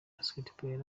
basketball